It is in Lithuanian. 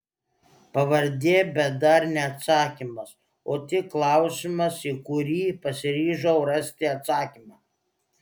pavardė bet dar ne atsakymas o tik klausimas į kurį pasiryžau rasti atsakymą